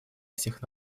всех